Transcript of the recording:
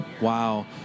Wow